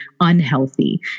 unhealthy